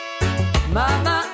mama